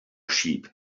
sheep